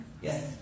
Yes